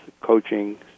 coaching